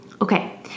Okay